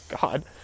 god